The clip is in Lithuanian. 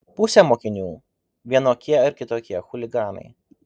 pusė mokinių vienokie ar kitokie chuliganai